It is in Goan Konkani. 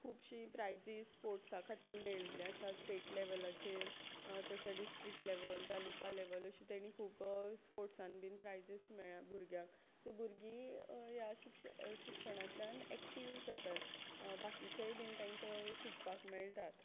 खुबशीं प्रायजीस स्पोर्ट्सा खातीर मेळिल्लीं आसा स्टेट लॅवलाचेर तशेंच डिस्ट्रिक्ट लॅवल तालुका लॅवल अशीं तेणी खूप स्पोर्ट्सान बीन प्रायजीस मेळ्या भुरग्यांक सो भुरगीं ह्या शिक्ष शिक्षणांतल्यान एक्टीव जातात बाकीचेंय बीन तेंकां शिकपाक मेळटात